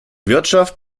wirtschaft